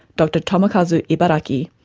dr tomokazu ibaraki,